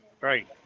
Right